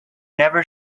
never